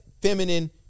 feminine